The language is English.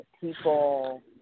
people